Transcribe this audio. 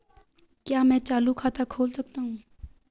क्या मैं चालू खाता खोल सकता हूँ?